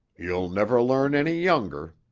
you'll never learn any younger.